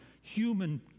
human